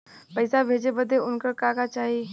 पैसा भेजे बदे उनकर का का चाही?